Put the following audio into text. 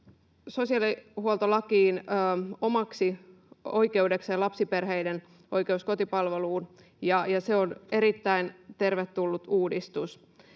sosiaalihuoltolakiin omaksi oikeudekseen lapsiperheiden oikeus kotipalveluun, ja se on erittäin tervetullut uudistus.